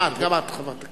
גם את, חברת הכנסת.